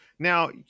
Now